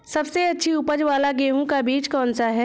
सबसे अच्छी उपज वाला गेहूँ का बीज कौन सा है?